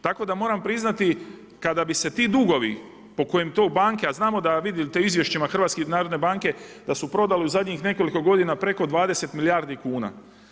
Tako da moram priznati kada bi se ti dugovi po kojem to banke, a znamo da, vidite po izvješćima HNB-a da su prodali u zadnjih nekoliko godina preko 20 milijardi kuna.